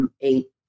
eight